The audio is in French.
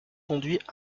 conduit